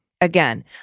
again